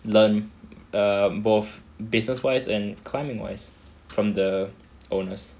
learn err both business wise and climbing wise from the owners